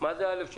מה זה א'3?